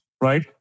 right